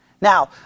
Now